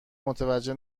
متوجه